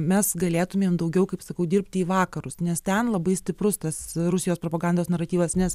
mes galėtumėm daugiau kaip sakau dirbti į vakarus nes ten labai stiprus tas rusijos propagandos naratyvas nes